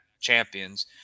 champions